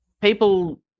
people